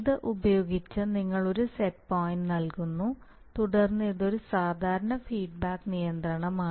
ഇത് ഉപയോഗിച്ച് നിങ്ങൾ ഒരു സെറ്റ് പോയിന്റ് നൽകുന്നു തുടർന്ന് ഇത് ഒരു സാധാരണ ഫീഡ്ബാക്ക് നിയന്ത്രണമാണ്